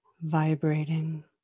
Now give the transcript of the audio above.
vibrating